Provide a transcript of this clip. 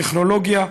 טכנולוגיה,